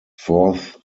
fourth